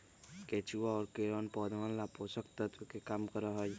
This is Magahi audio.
केचुआ और कीड़वन पौधवन ला पोषक तत्व के काम करा हई